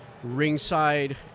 Ringside